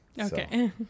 Okay